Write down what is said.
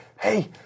Hey